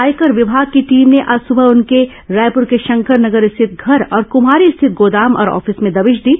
आयकर विभाग की टीम ने आज सुबह उनके रायपुर के शंकर नगर स्थित घर और कम्हारी स्थित गोदाम और ऑफिस में दबिश दी